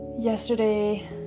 Yesterday